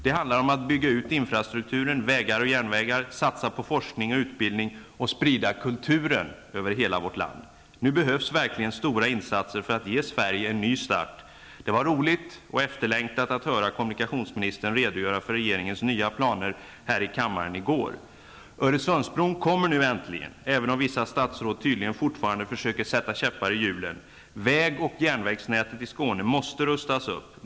Det handlar om att bygga ut infrastrukturen -- vägar och järnvägar -- satsa på forskning och utbildning och sprida kulturen över hela vårt land. Nu behövs verkligen stora insatser för att ge Sverige en ny start. Det var roligt -- och efterlängtat -- att höra kommunikationsministern redogöra för regeringens nya planer här i kammaren i går. Öresundsbron kommer nu äntligen, även om vissa statsråd tydligen fortfarande försöker sätta käppar i hjulen. Väg och järnvägsnätet i Skåne måste rustas upp.